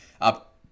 up